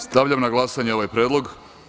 Stavljam na glasanje ovaj predlog.